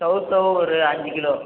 சௌசௌ ஒரு அஞ்சு கிலோ